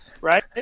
right